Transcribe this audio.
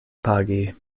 pagi